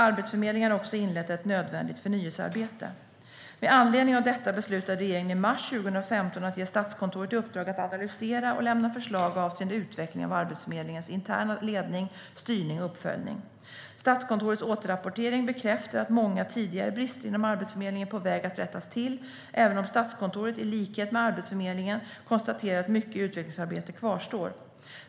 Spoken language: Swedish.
Arbetsförmedlingen har också inlett ett nödvändigt förnyelsearbete. Med anledning av detta beslutade regeringen i mars 2015 att ge Statskontoret i uppdrag att analysera och lämna förslag avseende utvecklingen av Arbetsförmedlingens interna ledning, styrning och uppföljning. Statskontorets återrapportering bekräftar att många tidigare brister inom Arbetsförmedlingen är på väg att rättas till även om Statskontoret, i likhet med Arbetsförmedlingen, konstaterar att mycket utvecklingsarbete kvarstår.